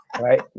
Right